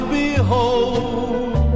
behold